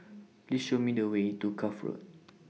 Please Show Me The Way to Cuff Road